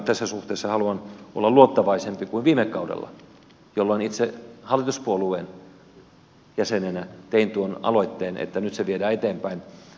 tässä suhteessa haluan olla luottavaisempi kuin viime kaudella jolloin itse hallituspuolueen jäsenenä tein tuon aloitteen että nyt se viedään eteenpäin